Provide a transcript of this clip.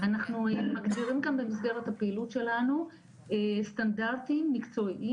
אנחנו מגדירים כאן במסגרת הפעילות שלנו סטנדרטיים מקצועיים